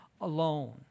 alone